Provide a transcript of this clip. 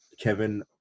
Kevin